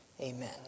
Amen